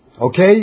Okay